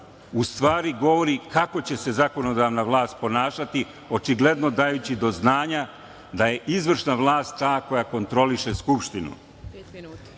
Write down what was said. u stvari govori kako će se zakonodavna vlast ponašati, očigledno dajući do znanja da je izvršna vlast ta koja kontroliše Skupštinu. Na